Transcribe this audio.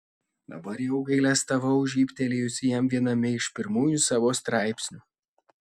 dabar jau gailestavau žnybtelėjusi jam viename iš pirmųjų savo straipsnių